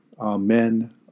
Amen